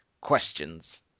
questions